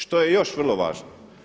Što je još vrlo važno?